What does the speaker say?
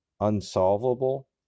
unsolvable